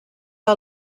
del